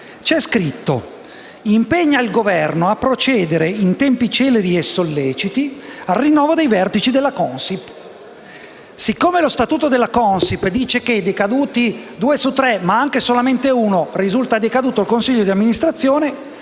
C'è scritto: «impegna il Governo a procedere in tempi celeri e solleciti al rinnovo dei vertici della Consip». Siccome lo statuto della Consip dice che, decaduti due su tre, ma anche solamente uno, risulta decaduto il consiglio di amministrazione,